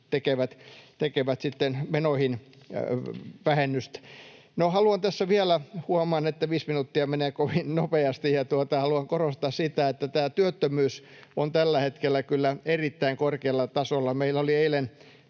tekevät menoihin vähennystä. Haluan tässä vielä — huomaan, että viisi minuuttia menee kovin nopeasti — korostaa sitä, että työttömyys on tällä hetkellä kyllä erittäin korkealla tasolla.